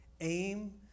aim